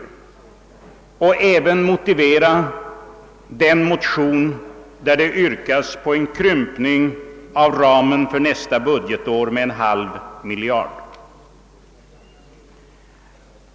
Jag vill även motivera den motion där det yrkas på en krympning av ramen för nästa budgetår med en halv miljard kronor.